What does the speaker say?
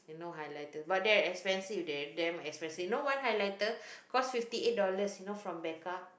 you know highlighter but they're expensive damn damn expensive you know one highlighter cost fifty eight dollars you know from Becka